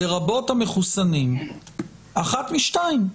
לרבות המחוסנים, אחת משתיים: